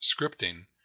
scripting